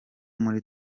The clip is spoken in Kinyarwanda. muri